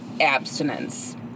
abstinence